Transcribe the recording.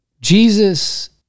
Jesus